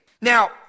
Now